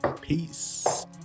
Peace